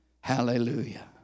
Hallelujah